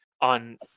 on